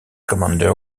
commander